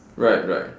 right right